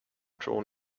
drawn